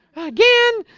again